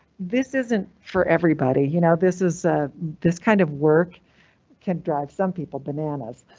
this isn't for everybody. you know this is ah this kind of work can drive some people bananas